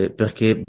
perché